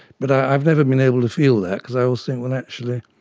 but i've never been able to feel that because i always think, well actually,